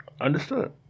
Understood